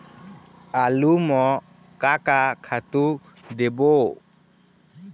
आलू म का का खातू देबो?